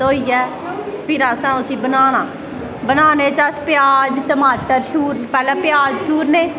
धोइयै फिर असैं उसी बनाना बनाने च अस प्याज टमाटर शूरियै पैह्लैं प्याज शूरने